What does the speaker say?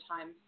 time